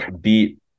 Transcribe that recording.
beat